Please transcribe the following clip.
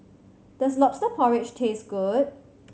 does Lobster Porridge taste good